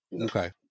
okay